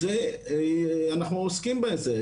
אנחנו עוסקים בזה.